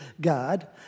God